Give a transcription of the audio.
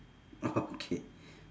okay